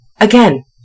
Again